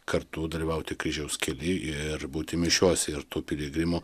kartu dalyvauti kryžiaus kely ir būti mišiose ir tų piligrimų